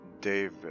David